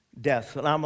Death